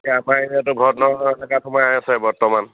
এয়া আমাৰ এৰিয়াটো ভৰত নৰহ সোমাই আছে বৰ্তমান